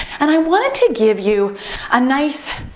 and i wanted to give you a nice,